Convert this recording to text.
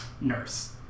Nurse